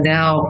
now